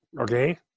Okay